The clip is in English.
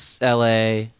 LA